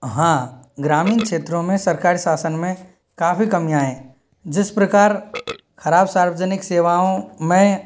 हाँ ग्रामीण क्षेत्रों में सरकारी शासन में काफ़ी कमियाँ है जिस प्रकार खराब सार्वजनिक सेवाओं में